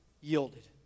yielded